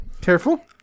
careful